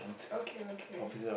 okay okay